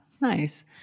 Nice